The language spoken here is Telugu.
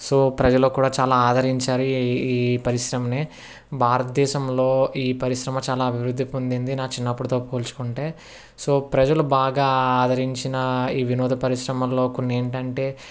సో ప్రజల్లో కూడా చాలా ఆదరించారు ఈ ఈ పరిశ్రమని భారత దేశంలో ఈ పరిశ్రమ చాలా అభివృద్ధి పొందింది నా చిన్నప్పుడుతో పోల్చుకుంటే సో ప్రజలు బాగా ఆదరించిన ఈ వినోద పరిశ్రమంలో కొన్ని ఏంటంటే